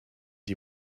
die